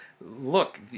look